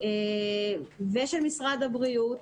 ושל משרד הבריאות.